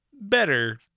better